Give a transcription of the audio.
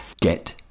get